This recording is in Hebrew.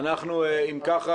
אם כך